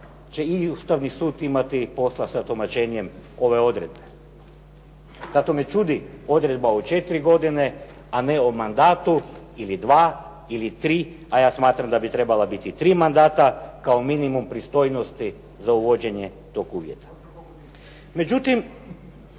će i Ustavni sud imati posla sa tumačenjem ove odredbe. Zato me čudi odredba o četiri godine a ne o mandatu ili dva ili tri, a ja smatram da bi trebala biti tri mandata, kao minimum pristojnosti za uvođenje toga uvjeta.